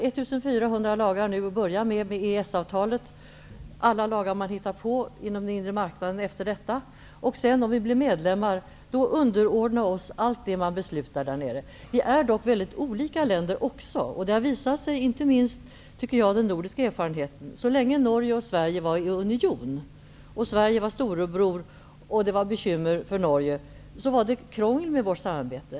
Det är nu till att börja med genom EES-avtalet fråga om 1 400 lagar, och sedan tillkommer alla lagar som man hittar på inom den inre marknaden. Om Sverige blir medlem får vi sedan underordna oss allt det som man beslutar där nere. Europas länder är dock väldigt olika. Det har också, inte minst genom den nordiska erfarenheten, visat sig, att så länge Norge och Sverige var i union och Sverige var storebror och det var bekymmer för Norge, så var det krångel med vårt samarbete.